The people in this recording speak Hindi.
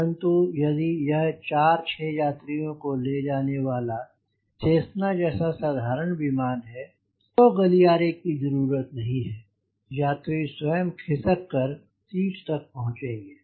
परन्तु यदि यह 4 6 यात्रियों को ले जाने वाला सेसना जैसा साधारण विमान है तो गलियारे की जरूरत नहीं है यात्री स्वयं खिसक कर सीट तक पहुँचेंगे